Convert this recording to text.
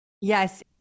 Yes